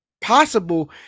possible